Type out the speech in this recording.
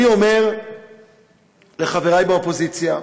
אני אומר לחברי באופוזיציה,